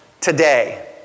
today